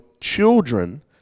children